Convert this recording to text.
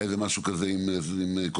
היה משהו עם קוצים.